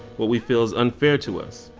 what we feel is unfair to us.